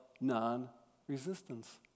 non-resistance